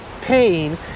pain